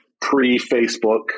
pre-Facebook